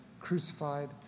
crucified